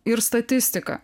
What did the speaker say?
ir statistika